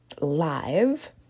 live